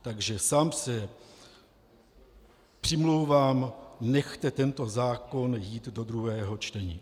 Takže sám se přimlouvám nechte tento zákon jít do druhého čtení.